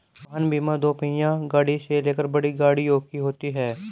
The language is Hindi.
वाहन बीमा दोपहिया गाड़ी से लेकर बड़ी गाड़ियों की होती है